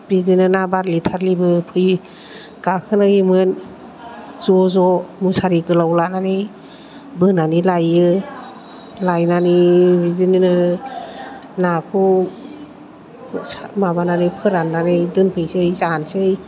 बिदिनो ना बारलि थारलिबो फैयो गाखोलायोमोन ज' ज' मुसारि गोलाव लानानै बोनानै लाइयो लाइनानै बिदिनो नाखौ सा माबानानै फोरान्नानै दोनफैनोसै जानोसै